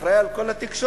אחראי על כל התקשורת,